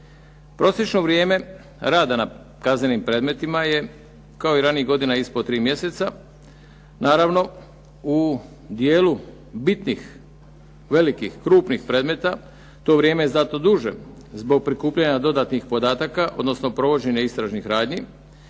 Prosječno vrijeme rada na kaznenim predmetima je kao i ranijih godina ispod 3 mjeseca. Naravno, u dijelu bitnih velikih, krupnih predmeta to vrijeme je zato duže zbog prikupljanja dodatnih podataka, odnosno provođenje istražnih radnji.